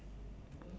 what if